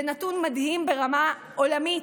זה נתון מדהים ברמה עולמית.